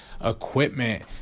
equipment